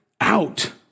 out